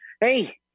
hey